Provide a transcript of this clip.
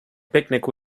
picnic